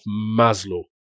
Maslow